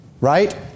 right